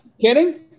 Kidding